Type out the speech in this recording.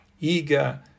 eager